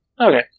Okay